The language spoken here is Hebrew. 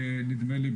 נדמה לי,